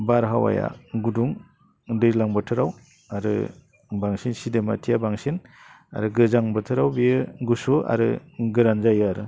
बारहावाया गुदुं दैज्लां बोथोराव आरो बांसिन सिदोमाथिया बांसिन आरो गोजां बोथोराव बियो गुसु आरो गोरान जायो आरो